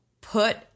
put